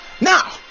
Now